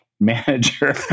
Manager